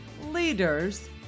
leaders